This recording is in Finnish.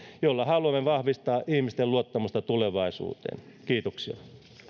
jolla haluamme vahvistaa ihmisten luottamusta tulevaisuuteen kiitoksia